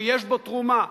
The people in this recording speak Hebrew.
שיש בו תרומה,